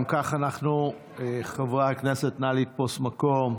אם כך, חברי הכנסת, נא לתפוס מקום.